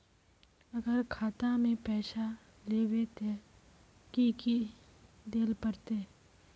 अगर खाता में पैसा लेबे ते की की देल पड़ते?